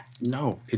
No